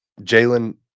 Jalen